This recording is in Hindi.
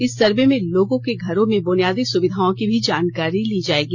इस सर्वे में लोगों के घरों में बुनियादी सुविधाओं की भी जानकारी ली जाएगी